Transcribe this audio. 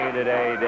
today